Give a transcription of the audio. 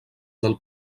del